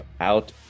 out